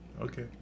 okay